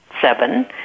seven